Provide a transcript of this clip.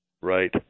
Right